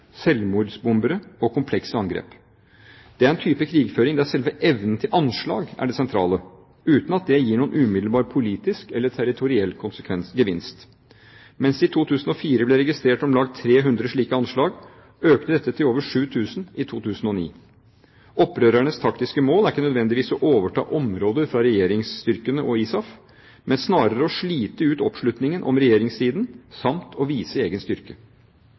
selvmordsbombere og komplekse angrep. Det er en type krigføring der selve evnen til anslag er det sentrale, uten at det gir noen umiddelbar politisk eller territoriell gevinst. Mens det i 2004 ble registrert om lag 300 slike anslag, økte dette til over 7 000 i 2009. Opprørernes taktiske mål er ikke nødvendigvis å overta områder fra regjeringsstyrkene og ISAF, men snarere å slite ut oppslutningen om regjeringssiden samt å vise egen styrke.